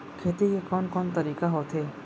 खेती के कोन कोन तरीका होथे?